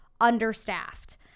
understaffed